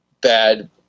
bad